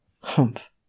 Humph